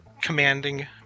commanding